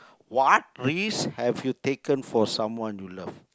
what risk have you taken for someone you love